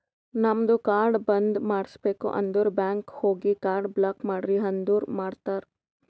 ನಮ್ದು ಕಾರ್ಡ್ ಬಂದ್ ಮಾಡುಸ್ಬೇಕ್ ಅಂದುರ್ ಬ್ಯಾಂಕ್ ಹೋಗಿ ಕಾರ್ಡ್ ಬ್ಲಾಕ್ ಮಾಡ್ರಿ ಅಂದುರ್ ಮಾಡ್ತಾರ್